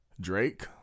Drake